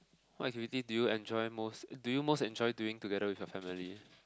what activity do you enjoy most do you most enjoy doing together with your family